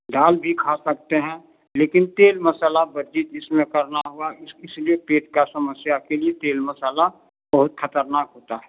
दाल भी खा सकते हैं लेकिन तेल मसाला जिसमें भरना हुआ इसीलिए पेट का समस्या के लिए तेल मसाला बहुत खतरनाक होता है